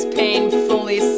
painfully